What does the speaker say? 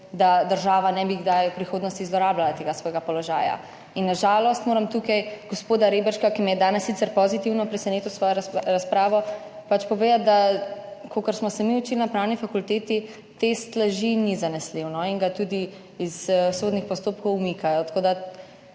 da država ne bi kdaj v prihodnosti zlorabljala tega svojega položaja. In na žalost moram tukaj gospoda Reberška, ki me je danes sicer pozitivno presenetil s svojo razpravo, pač povedati, da kolikor smo se mi učili na pravni fakulteti, test laži ni zanesljiv in ga tudi iz sodnih postopkov umikajo.